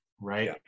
right